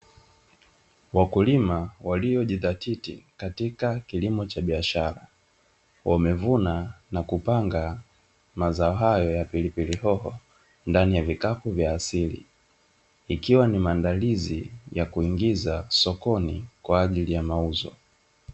Wakulima waliojidhatiti katika kilimo cha biashara, wamevuna na kupanga mazao hayo ya pilipili hoho ndani ya vikapu vya asili, ikiwa ni maandalizi ya kuingiza sokoni kwa ajili ya mauzo.